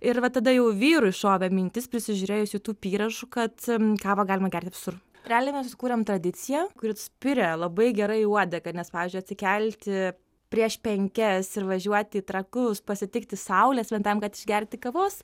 ir va tada jau vyrui šovė mintis prisižiūrėjus jūtub įrašų kad kavą galima gert visur realiai mes susikūrėm tradiciją kuri spiria labai gerai į uodegą nes pavyzdžiui atsikelti prieš penkias ir važiuoti į trakus pasitikti saulės vien tam kad išgerti kavos